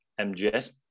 MGS